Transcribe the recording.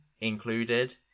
included